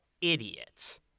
idiot